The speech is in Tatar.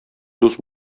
дус